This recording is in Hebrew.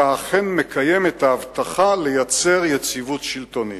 אתה אכן מקיים את ההבטחה לייצר יציבות שלטונית,